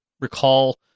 recall